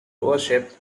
worshiped